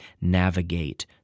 navigate